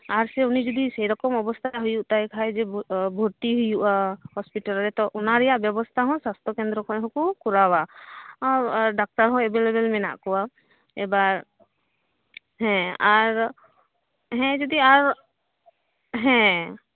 ᱟᱨ ᱥᱮ ᱩᱱᱤ ᱡᱩᱫᱤ ᱥᱮ ᱨᱚᱠᱚᱢ ᱚᱵᱚᱥᱛᱟ ᱦᱩᱭᱩᱜ ᱛᱟᱭ ᱠᱷᱟᱡ ᱡᱮ ᱵᱷᱚ ᱵᱷᱚᱨᱛᱤ ᱦᱩᱭᱩᱜᱼᱟ ᱦᱚᱥᱯᱤᱴᱟᱞ ᱨᱮ ᱛᱚ ᱚᱱᱟ ᱨᱮᱭᱟᱜ ᱵᱮᱵᱚᱥᱛᱟ ᱦᱚᱸ ᱥᱟᱥᱛᱚ ᱠᱮᱱᱫᱽᱨᱚ ᱠᱷᱚᱡ ᱦᱚᱸᱠᱚ ᱠᱚᱨᱟᱣᱟ ᱟᱨ ᱰᱟᱠᱛᱟᱨ ᱦᱚᱸ ᱮᱵᱮᱞ ᱞᱮᱵᱮᱞ ᱢᱮᱱᱟᱜ ᱠᱚᱣᱟ ᱮᱵᱟᱨ ᱦᱮᱸ ᱟᱨ ᱦᱮᱸ ᱡᱩᱫᱤ ᱟᱨ ᱦᱮᱸᱻ